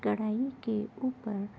کڑاہی کے اوپر